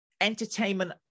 entertainment